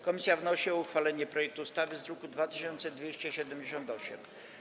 Komisja wnosi o uchwalenie projektu ustawy z druku nr 2278.